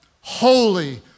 holy